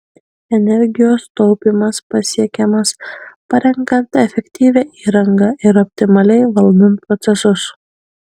energijos taupymas pasiekiamas parenkant efektyvią įrangą ir optimaliai valdant procesus